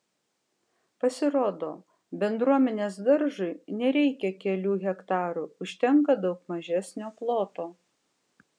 pasirodo bendruomenės daržui nereikia kelių hektarų užtenka daug mažesnio ploto